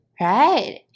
Right